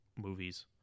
movies